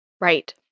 Right